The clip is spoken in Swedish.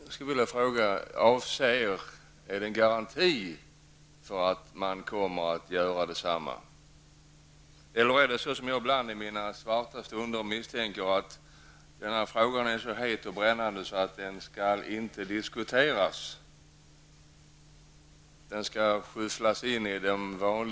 Jag skulle då vilja fråga: Är detta uttalande en garanti för att så kommer att ske? Eller förhåller det sig på det sättet, som jag ibland i mina mörka stunder misstänker, att denna fråga är så het, så brännande, att den inte skall diskuteras utan att den i stället skall skyfflas undan?